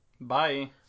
Bye